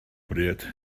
bryd